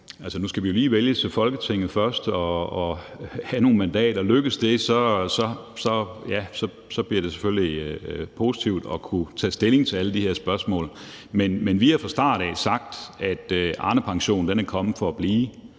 nu skal vi jo lige vælges til Folketinget først og have nogle mandater. Lykkes det, bliver det selvfølgelig positivt at kunne tage stilling til alle de her spørgsmål. Men vi har fra start af sagt, at Arnepensionen er kommet for at blive,